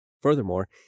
Furthermore